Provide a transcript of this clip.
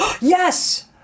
Yes